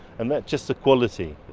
and that's just the quality,